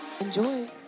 Enjoy